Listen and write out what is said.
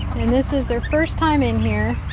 and this is their first time in here.